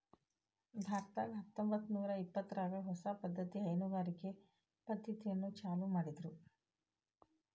ಭಾರತದಾಗ ಹತ್ತಂಬತ್ತನೂರಾ ಇಪ್ಪತ್ತರಾಗ ಹೊಸ ಪದ್ದತಿಯ ಹೈನುಗಾರಿಕೆ ಪದ್ದತಿಯನ್ನ ಚಾಲೂ ಮಾಡಿದ್ರು